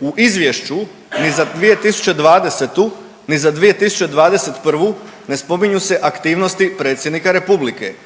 U izvješću ni za 2020., ni za 2021. ne spominju se aktivnosti Predsjednika Republike,